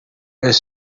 est